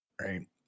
Right